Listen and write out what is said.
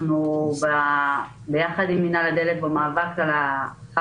אנחנו ביחד עם מנהל הדלק במאבק על "החאפרים",